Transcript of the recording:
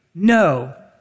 No